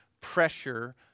pressure